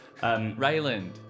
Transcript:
Rayland